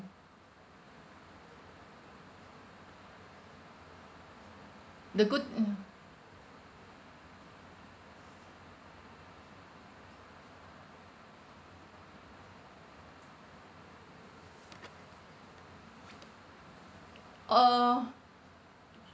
the good mm uh